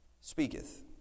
speaketh